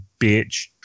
bitch